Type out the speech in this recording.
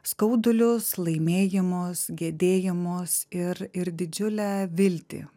skaudulius laimėjimus gedėjimus ir ir didžiulę viltį